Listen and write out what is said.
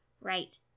right